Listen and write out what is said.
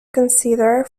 considered